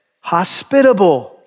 Hospitable